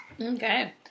Okay